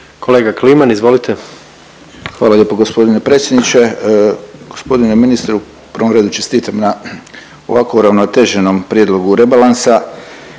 **Kliman, Anton (HDZ)** Hvala lijepo gospodine predsjedniče. Gospodine ministre u prvom redu čestitam na ovako uravnoteženom prijedlogu rebalansa.